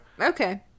Okay